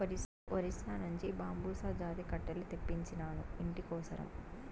ఒరిస్సా నుంచి బాంబుసా జాతి కట్టెలు తెప్పించినాను, ఇంటి కోసరం